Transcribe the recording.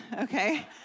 okay